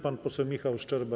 Pan poseł Michał Szczerba.